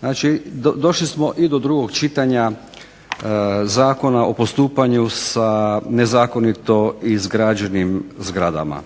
Znači došli smo i do drugog čitanja Zakona o postupanju sa nezakonito izgrađenim zgradama